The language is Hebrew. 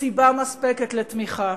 סיבה מספקת לתמיכה.